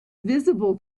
visible